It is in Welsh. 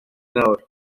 nawr